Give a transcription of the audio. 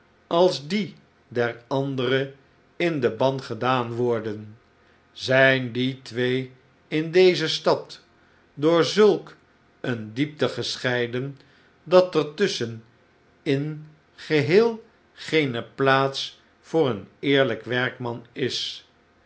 als die der andere in den ban gedaan worden zijn die twee in deze stad door zulk een diepte gescheiden dat er tusschen in geheel geene plaats voor een eerlijk werkman is